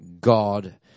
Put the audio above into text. God